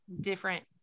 different